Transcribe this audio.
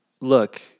look